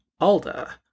Alda